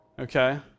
Okay